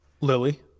Lily